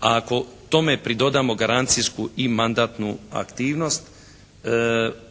ako tome pridodamo garancijsku i mandatnu aktivnost